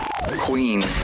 Queen